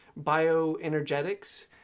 Bioenergetics